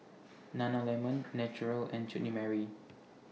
Nana Lemon Naturel and Chutney Mary